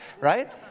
right